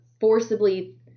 forcibly